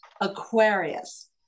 Aquarius